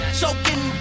choking